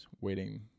waiting